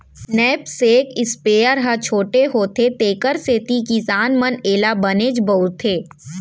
knapsack sprayer ह छोटे होथे तेकर सेती किसान मन एला बनेच बउरथे